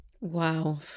Wow